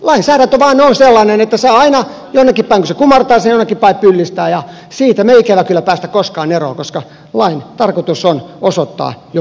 lainsäädäntö vain on sellainen että aina jonnekin päin kun se kumartaa se jonnekin päin pyllistää ja siitä me emme ikävä kyllä pääse koskaan eroon koska lain tarkoitus on osoittaa joku suunta